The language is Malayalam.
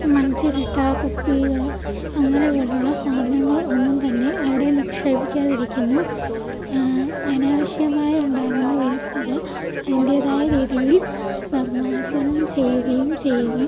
മണ് ചിരട്ട കുപ്പികൾ അങ്ങനെ പോലുള്ള സാധനങ്ങൾ ഒന്നും തന്നെ അവിടെ നിക്ഷേപിക്കാതിരിക്കുന്നു അനാവശ്യമായി ഉണ്ടാകുന്ന വേസ്റ്റുകൾ അതിന്റേതായ രീതിയിൽ നിർമ്മാര്ജ്ജനം ചെയ്യുകയും ചെയ്യുന്നു